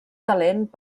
talent